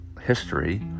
history